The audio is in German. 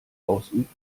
ausübt